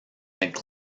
that